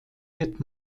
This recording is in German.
wird